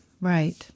right